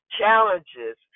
challenges